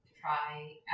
try